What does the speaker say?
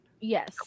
yes